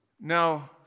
now